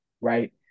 right